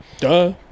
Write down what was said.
Duh